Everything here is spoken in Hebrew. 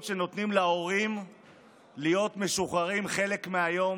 שנותנים להורים להיות משוחררים חלק מהיום.